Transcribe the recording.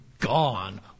Gone